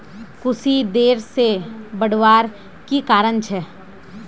कुशी देर से बढ़वार की कारण छे?